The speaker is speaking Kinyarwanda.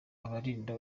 abarinda